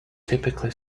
typically